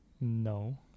No